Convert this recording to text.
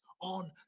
on